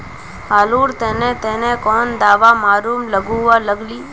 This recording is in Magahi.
आलूर तने तने कौन दावा मारूम गालुवा लगली?